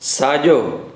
साजो॒